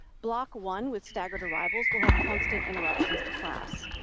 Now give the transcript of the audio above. block one with staggered arrivals will have constant interruptions to class.